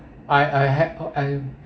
I I had uh I